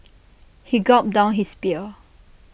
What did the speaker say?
he gulped down his beer